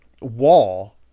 wall